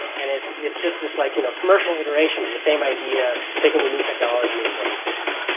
and it's it's just this like you know commercial iteration of the same idea, taking the new technology and going places.